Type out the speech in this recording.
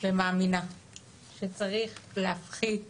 ומאמינה שצריך להפחית